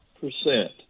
percent